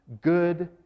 good